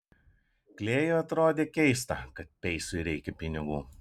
klėjui atrodė keista kad peisui reikia pinigų